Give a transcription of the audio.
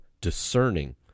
discerning